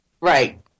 right